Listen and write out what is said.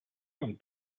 and